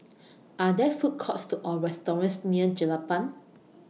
Are There Food Courts Or restaurants near Jelapang